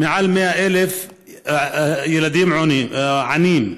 מעל 100,000 ילדים עניים,